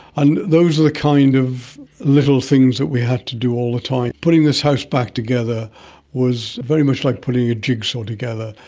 and those are the kind of little things that we had to do all the time. putting this house back together was very much like putting a jigsaw together.